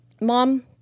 Mom